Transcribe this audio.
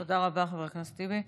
תודה רבה, חבר הכנסת טיבי.